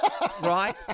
Right